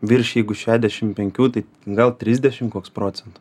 virš jeigu šešiasdešim penkių tai gal trisdešim koks procentų